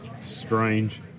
Strange